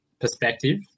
perspective